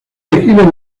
elegido